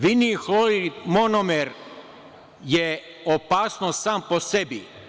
Vinil hlorid monomer je opasnost sam po sebi.